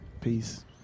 Peace